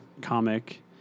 comic